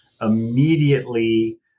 immediately